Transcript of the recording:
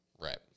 Right